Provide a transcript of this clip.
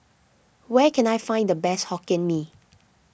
where can I find the best Hokkien Mee